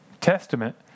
Testament